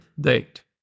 date